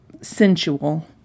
sensual